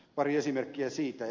pari esimerkkiä siitä